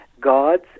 gods